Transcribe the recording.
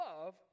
love